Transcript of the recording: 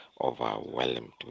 overwhelmed